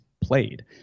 played